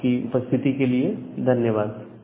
आपकी उपस्थिति के लिए धन्यवाद